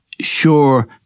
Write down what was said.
sure